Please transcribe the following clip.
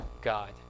God